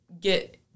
get